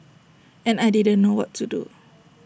and I didn't know what to do